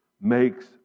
makes